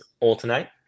alternate